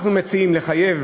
אנחנו מציעים לחייב